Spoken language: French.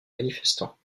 manifestants